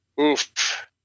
Oof